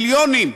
מיליונים,